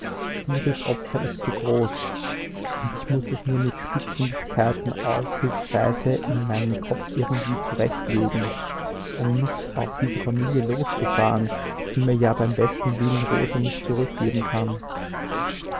dieses opfer ist zu groß und ich muß es mir mit spitzfindigkeiten aushilfsweise in meinem kopf irgendwie zurechtlegen um nicht auf diese familie loszufahren die mir ja beim besten willen rosa nicht zurückgeben kann